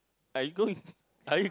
are you going are you